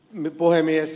herra puhemies